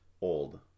old